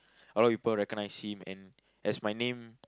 a lot people recognize him and as my name